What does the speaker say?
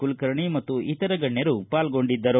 ಕುಲಕುರ್ಣಿ ಹಾಗೂ ಇತರ ಗಣ್ಣರು ಪಾಲ್ಗೊಂಡಿದ್ದರು